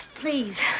Please